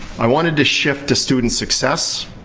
i wanted to shift to student success.